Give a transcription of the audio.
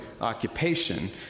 occupation